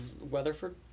Weatherford